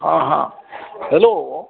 हँ हँ हैलो